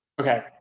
okay